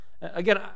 Again